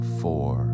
four